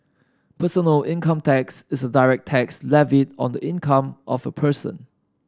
personal income tax is a direct tax levied on the income of a person